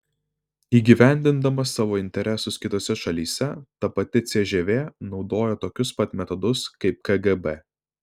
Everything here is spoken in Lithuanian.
įgyvendindama savo interesus kitose šalyse ta pati cžv naudojo tokius pat metodus kaip kgb